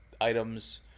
items